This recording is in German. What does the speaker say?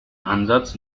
ansatz